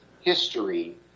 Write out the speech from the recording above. history